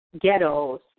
ghettos